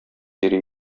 йөри